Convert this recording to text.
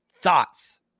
thoughts